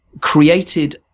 created